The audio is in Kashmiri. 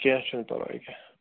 کیٚنہہ چھُنہٕ پرواے